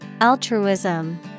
Altruism